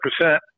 percent